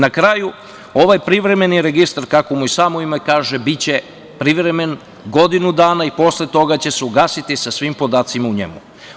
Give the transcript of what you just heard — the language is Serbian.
Na kraju, ovaj privremeni registar, kako mu i samo ime kaže, biće privremen godinu dana i posle toga će se ugasiti sa svim podacima u njemu.